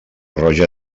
roja